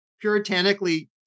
puritanically